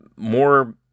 More